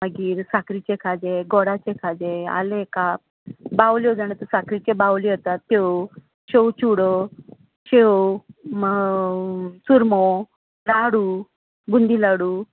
मागीर साखरीचें खाजें गोडाचें खाजें आलेंकाप बावल्यो जाणां तूं साखरीच्यो बावल्यो येता त्यो शेव च्युडो शेव चुरमो लाडू बुंदी लाडू